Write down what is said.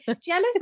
jealous